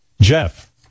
Jeff